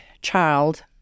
child